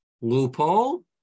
loophole